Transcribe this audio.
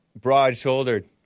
broad-shouldered